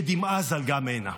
שדמעה זלגה מעינה.